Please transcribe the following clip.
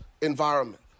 environment